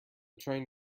train